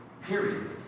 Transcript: Period